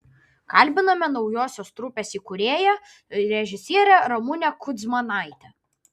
kalbiname naujosios trupės įkūrėją režisierę ramunę kudzmanaitę